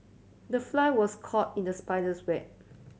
the fly was caught in the spider's web